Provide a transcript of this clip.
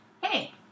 Hey